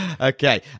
okay